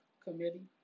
committee